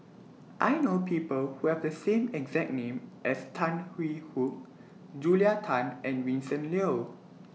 I know People Who Have The same exact name as Tan Hwee Hock Julia Tan and Vincent Leow